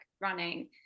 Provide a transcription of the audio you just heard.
running